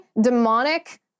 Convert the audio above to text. demonic